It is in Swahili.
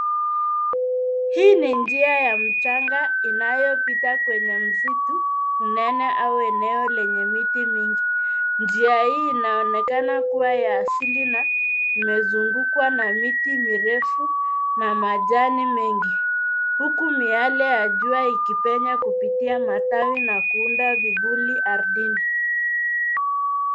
Hii ni njia ya mchanga, inayopita kwenye msitu, mnene, au eneo lenye miti mingi. Njia hii inaonekana kuwa ya asili, na imezungukwa na miti mirefu, na majani mengi, huku miale ya jua ikipenya kupitia matawi, na kuunda vivuli ardhini.